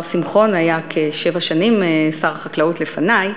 שמחון היה כשבע שנים שר החקלאות לפני,